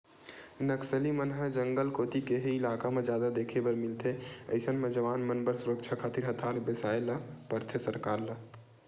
नक्सली मन ह जंगल कोती के ही इलाका म जादा देखे बर मिलथे अइसन म जवान मन बर सुरक्छा खातिर हथियार बिसाय ल परथे सरकार ल